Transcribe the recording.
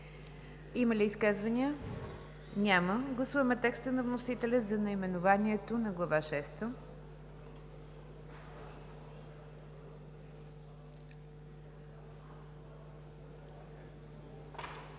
Има ли изказвания? Няма. Гласуваме текста на вносителя за наименованието на подразделението.